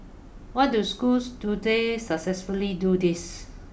what do schools today successfully do this